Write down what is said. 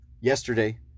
Yesterday